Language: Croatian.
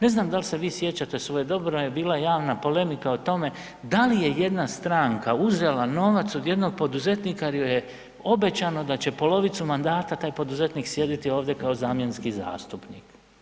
Ne znam da li se vi sjećate, svojedobno je bila javna polemika o tome da li je jedna stranka uzela novac od jednog poduzetnika jer je obećano da će polovicu mandata taj poduzetnik sjediti ovdje kao zamjenski zastupnik.